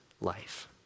life